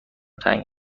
تنگ